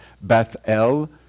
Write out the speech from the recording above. Bethel